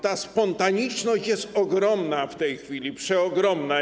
Ta spontaniczność jest ogromna w tej chwili, przeogromna.